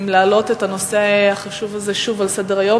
אם להעלות את הנושא החשוב הזה שוב על סדר-היום,